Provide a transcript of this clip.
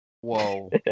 Whoa